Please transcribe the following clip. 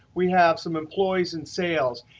we have some employees in sales.